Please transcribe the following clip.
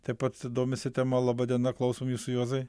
taip pat domisi tema laba diena klausom jūsų juozai